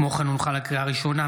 לקריאה ראשונה,